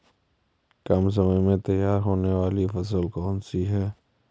कम समय में तैयार होने वाली फसल कौन सी है?